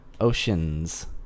oceans